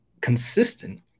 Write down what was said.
consistent